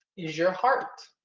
is your heart.